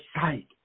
sight